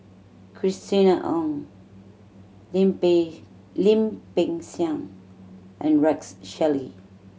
Christina Ong Lim Peng Lim Peng Siang and Rex Shelley